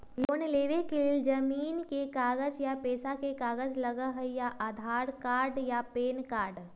Loan लेवेके लेल जमीन के कागज या पेशा के कागज लगहई या आधार कार्ड या पेन कार्ड?